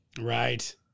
Right